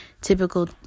typical